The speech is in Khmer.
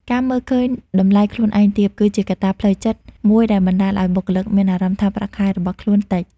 ការមើលឃើញតម្លៃខ្លួនឯងទាប គឺជាកត្តាផ្លូវចិត្តមួយដែលបណ្ដាលឲ្យបុគ្គលិកមានអារម្មណ៍ថាប្រាក់ខែរបស់ខ្លួនតិច។